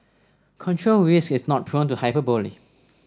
control risks is not prone to hyperbole